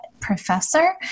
professor